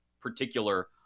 particular